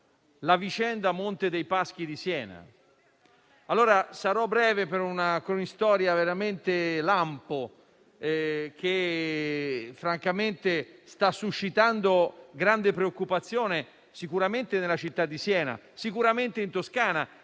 la vicenda Monte dei Paschi di Siena. Sarò breve, con una cronistoria veramente lampo su una vicenda che sta suscitando grande preoccupazione sicuramente nella città di Siena e in Toscana,